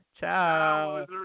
Ciao